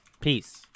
Peace